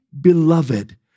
beloved